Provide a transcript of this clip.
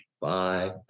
Bye